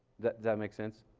that that makes sense?